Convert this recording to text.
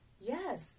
Yes